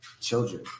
children